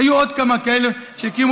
היו עוד כמה כאלה שהקימו.